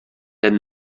ten